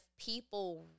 people